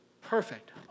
perfect